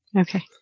Okay